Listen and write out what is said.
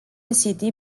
city